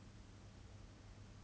I disagree with that